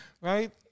Right